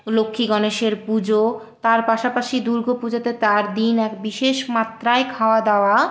লক্ষ্মী গনেশের পুজো তার পাশাপাশি দুর্গ পুজোতে চার দিন এক বিশেষ মাত্রায় খাওয়া দাওয়া